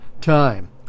time